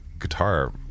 guitar